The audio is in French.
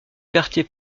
quartier